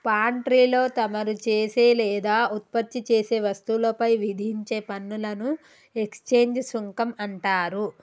పాన్ట్రీలో తమరు చేసే లేదా ఉత్పత్తి చేసే వస్తువులపై విధించే పనులను ఎక్స్చేంజ్ సుంకం అంటారు